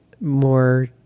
more